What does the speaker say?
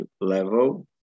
level